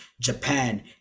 Japan